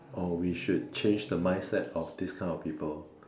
or we should change the mindset of this kind of people